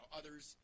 others